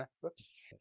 whoops